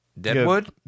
Deadwood